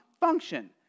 function